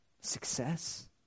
success